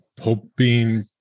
hoping